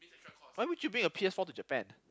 why would you bring your P_S-four to Japan